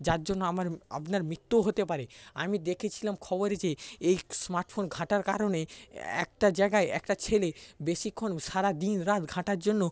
যার জন্য আমার আপনার মৃত্যুও হতে পারে আমি দেখেছিলাম খবরে যে এই স্মার্টফোন ঘাঁটার কারণে একটা জায়গায় একটা ছেলে বেশিক্ষণ সারা দিন রাত ঘাঁটার জন্য